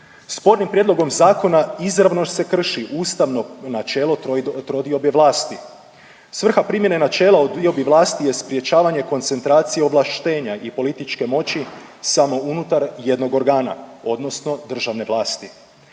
Spornim prijedlogom zakona izravno se krši ustavno načelo trodiobe vlasti. Svrha primjene načela o diobi vlasti je sprječavanje koncentracije ovlaštenja i političke moći samo unutar jednog organa odnosno državne vlasti.